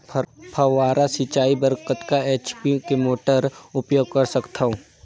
फव्वारा सिंचाई बर कतका एच.पी के मोटर उपयोग कर सकथव?